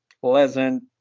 pleasant